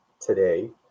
today